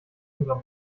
unserer